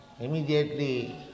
immediately